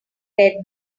read